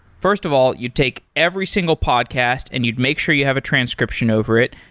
first of all, you'd take every single podcast and you'd make sure you have a transcription over it.